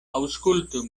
aŭskultu